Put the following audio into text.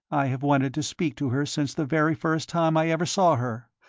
i have wanted to speak to her since the very first time i ever saw her,